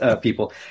people